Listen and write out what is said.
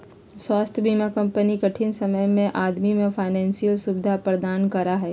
स्वास्थ्य बीमा कंपनी कठिन समय में आदमी के फाइनेंशियल सुविधा प्रदान करा हइ